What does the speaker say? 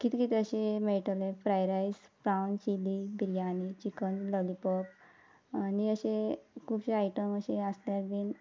कितें कितें अशें मेळटलें fry rice prawns chilli biryani chicken lollipop आनी अशे खुबशे आयटम अशे आसल्यार बीन